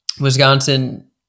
Wisconsin